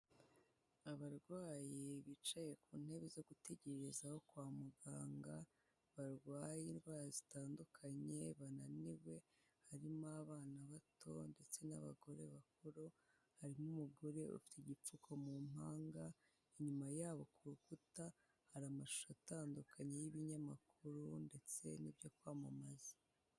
Abarwayi bicaye ku ntebe zo gutegerezaho kwa muganga, barwaye indwara zitandukanye bananiwe, harimo abana bato ndetse n'abagore bakuru, harimo umugore ufite igipfuko mu mpanga, inyuma yabo ku rukuta hari amashusho atandukanye y'ibinyamakuru ndetse n'ibyo kwamamaza.